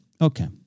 Okay